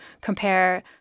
compare